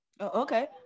Okay